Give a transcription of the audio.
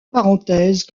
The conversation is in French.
parenthèses